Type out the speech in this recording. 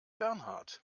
bernhard